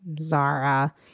Zara